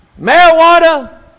Marijuana